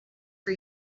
for